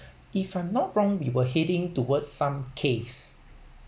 if I'm not wrong we were heading towards some caves